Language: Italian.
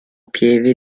pieve